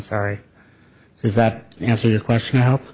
sorry is that answer your question help